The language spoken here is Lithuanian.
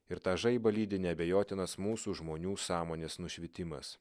ir tą žaibą lydi neabejotinas mūsų žmonių sąmonės nušvitimas